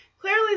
Clearly